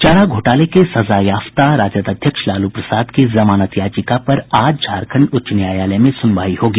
चारा घोटाले के सजायाफ्ता राजद अध्यक्ष लालू प्रसाद की जमानत याचिका पर आज झारखंड उच्च न्यायालय में सुनवाई होगी